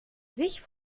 sich